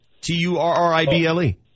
T-U-R-R-I-B-L-E